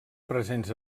presents